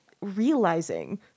realizing